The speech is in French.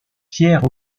pierre